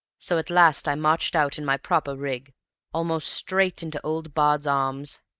so at last i marched out in my proper rig almost straight into old baird's arms!